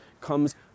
comes